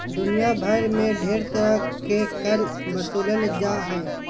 दुनिया भर मे ढेर तरह के कर बसूलल जा हय